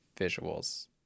visuals